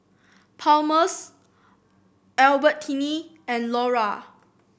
Palmer's Albertini and Lora